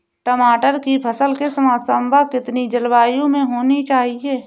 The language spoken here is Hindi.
टमाटर की फसल किस मौसम व कितनी जलवायु में होनी चाहिए?